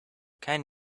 can